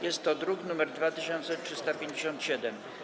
Jest to druk nr 2357.